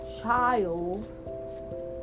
child